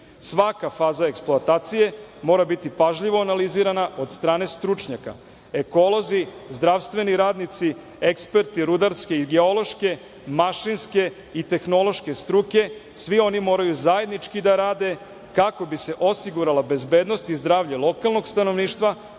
Svaka faza eksploatacije mora biti pažljivo analizirana od strane stručnjaka. Ekolozi, zdravstveni radnici, eksperti rudarske, geološke, mašinske i tehnološke struke, svi oni moraju zajednički da rade, kako bi se osigurala bezbednost i zdravlje lokalnog stanovništva,